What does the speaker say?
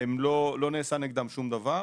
לא נעשה נגדם שום דבר.